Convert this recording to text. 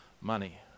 money